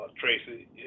Tracy